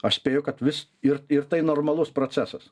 aš spėju kad vis ir ir tai normalus procesas